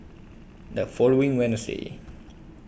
The following Wednesday